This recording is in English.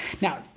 Now